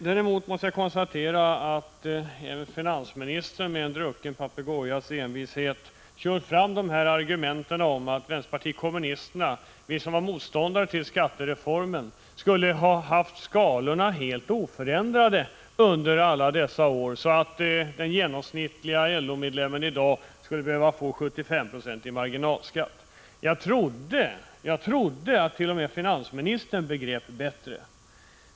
Däremot måste jag konstatera att även finansministern med en drucken papegojas envishet för fram argumentet att vänsterpartiet kommunisterna, som var motståndare till skattereformen, skulle ha haft skalorna oförändrade i sina förslag under alla dessa år, så att därmed den genomsnittlige LO-medlemmen i dag skulle behöva få en 75-procentig marginalskatt. Jag trodde att åtminstone finansministern begrep bättre.